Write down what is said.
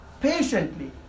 patiently